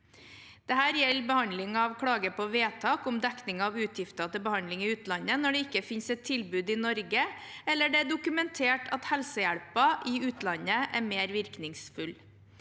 Dette gjelder behandling av klage på vedtak om dekning av utgifter til behandling i utlandet når det ikke finnes et tilbud i Norge, eller det er dokumentert at helsehjelpen i utlandet er mer virkningsfull.